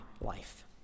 life